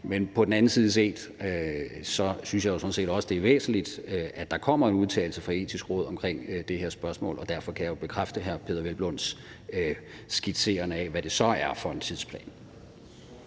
Men på den anden side synes jeg sådan set også, det er væsentligt, at der kommer en udtalelse fra Det Etiske Råd omkring det her spørgsmål, og jeg kan bekræfte hr. Peder Hvelplunds skitsering af, hvad det så er for en tidsplan.